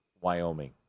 Wyoming